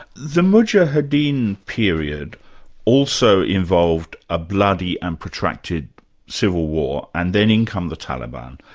the mujahideen period also involved a bloody and protracted civil war, and then in come the taliban,